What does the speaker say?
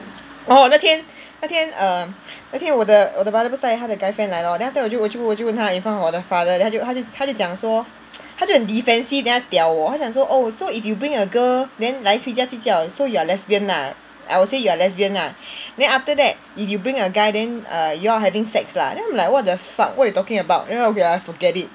orh 那天那天 um 那天我的我的 brother 不是带他的 guy friend 来 lor then after that 我就我就我就问他 in front of 我的 father then 他就他就他就讲说 他就很 defensive then 他 diao 我他就讲说 oh so if you bring a girl then 来回家睡觉 so you are lesbian lah I would say you are lesbian lah then after that if you bring a guy then err you all are having sex lah then I'm like what the fuck what you talking about 然后 okay lah forget it